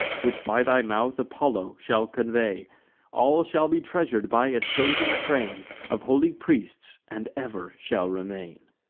which, by thy mouth, apollo shall convey all shall be treasur'd by a chosen train of holy priests, and ever shall remain.